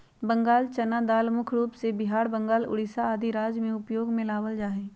बंगाल चना दाल मुख्य रूप से बिहार, बंगाल, उड़ीसा आदि राज्य में उपयोग में लावल जा हई